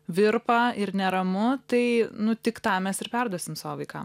virpa ir neramu tai nu tik tą mes ir perduosim savo vaikam